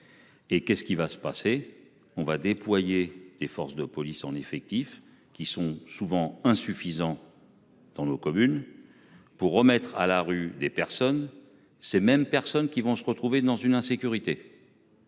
Et qu'est-ce qui va se passer on va déployer des forces de police en effectifs, qui sont souvent insuffisants. Dans nos communes. Pour remettre à la rue des personnes. Ces mêmes personnes qui vont se retrouver dans une insécurité.